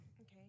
Okay